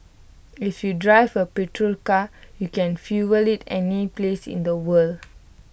if you drive A petrol car you can fuel IT any place in the world